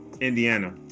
indiana